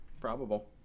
Probable